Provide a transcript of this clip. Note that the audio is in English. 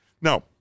now